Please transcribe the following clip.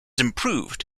improved